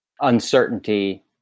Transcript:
uncertainty